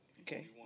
Okay